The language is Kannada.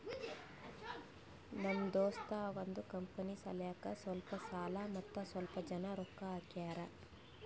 ನಮ್ ದೋಸ್ತ ಅವಂದ್ ಕಂಪನಿ ಸಲ್ಯಾಕ್ ಸ್ವಲ್ಪ ಸಾಲ ಮತ್ತ ಸ್ವಲ್ಪ್ ಜನ ರೊಕ್ಕಾ ಹಾಕ್ಯಾರ್